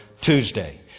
Tuesday